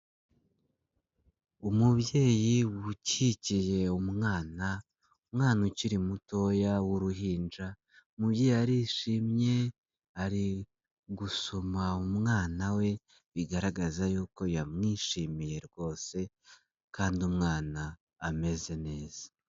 Umubyeyi ukikiye umwana, umwana ukiri mutoya w'uruhinja, umubyeyi arishimye ari gusoma umwana we, bigaragaza yuko yamwishimiye rwose kandi umwana ameze neza.